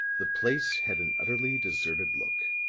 the place had an utterly deserted look.